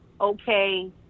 okay